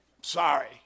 Sorry